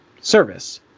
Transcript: service